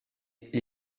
gli